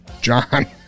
John